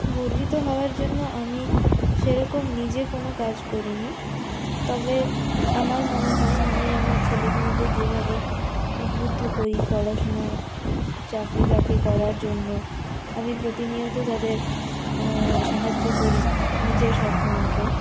গর্বিত হওয়ার জন্য আমি সেরকম নিজে কোনো কাজ করিনি তবে আমার মনে হয় আমি আমার ছেলে মেয়েদের যেভাবে উদ্বুদ্ধ করি পড়াশুনা চাকরি বাকরি করার জন্য আমি প্রতিনিয়ত তাদের সাহায্য করি নিজের সাধ্যমতো